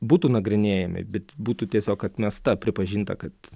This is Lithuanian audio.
būtų nagrinėjami bet būtų tiesiog atmesta pripažinta kad